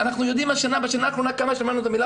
אנחנו יודעים, בשנה האחרונה כמה שמענו את המילה